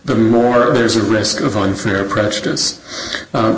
the more there's a risk of u